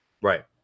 Right